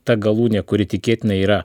ta galūnė kuri tikėtina yra